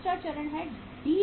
दूसरा चरण DWIP है